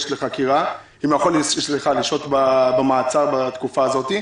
אם הוא יכול לשהות במעצר בתקופה הזאת.